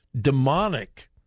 demonic